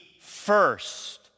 first